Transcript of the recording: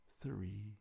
three